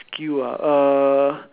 skill ah uh